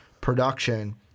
production